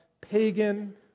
pagan